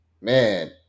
man